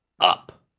up